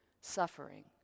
suffering